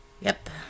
Yep